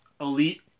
Elite